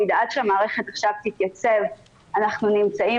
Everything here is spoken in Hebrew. עד שהמערכת עכשיו תתייצב אנחנו נמצאים